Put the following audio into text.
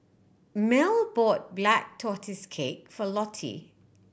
Mel bought Black Tortoise Cake for Lottie